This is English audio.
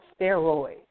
steroids